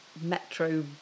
Metro